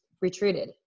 retreated